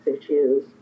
issues